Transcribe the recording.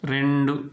రెండు